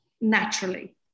naturally